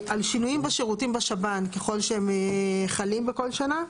על שינויים בשירותים בשב"ן, ככל שהם חלים בכל שנה.